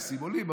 המיסים עולים,